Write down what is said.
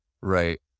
Right